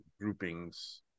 groupings